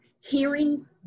hearing